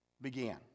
began